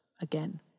again